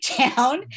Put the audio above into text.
town